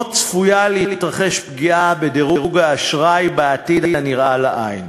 צפויה להתרחש פגיעה בדירוג האשראי בעתיד הנראה לעין.